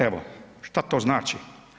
Evo, što to znači?